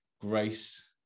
Grace